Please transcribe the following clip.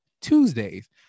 Tuesdays